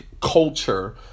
culture